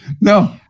no